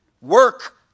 Work